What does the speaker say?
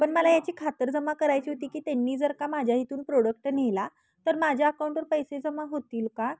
पण मला याची खातरजमा करायची होती की त्यांनी जर का माझ्या इथून प्रोडक्ट नेला तर माझ्या अकाऊंटवर पैसे जमा होतील का